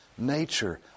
Nature